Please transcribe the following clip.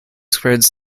spreads